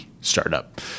startup